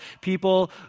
people